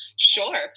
sure